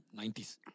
90s